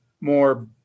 more